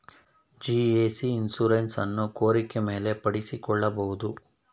GAP insurance ಅನ್ನು ಕೋರಿಕೆ ಮೇಲೆ ಪಡಿಸಿಕೊಳ್ಳಬಹುದು